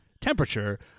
temperature